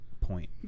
point